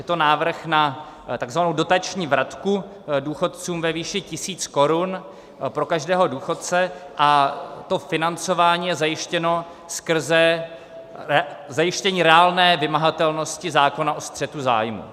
Je to návrh na takzvanou dotační vratku důchodcům ve výši 1 000 korun pro každého důchodce, a financování je zajištěno skrze zajištění reálné vymahatelnosti zákona o střetu zájmů.